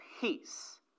peace